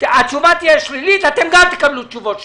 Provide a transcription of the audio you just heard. התשובה תהיה שלילית, גם אתם תקבלו תשובות שליליות.